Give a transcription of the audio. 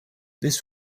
this